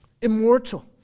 Immortal